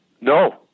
no